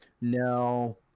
No